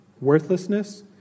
worthlessness